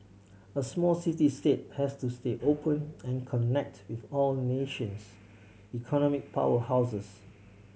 a small city state has to stay open and connect with all nations economic powerhouses